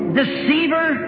deceiver